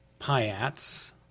Piats